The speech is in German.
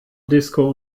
disco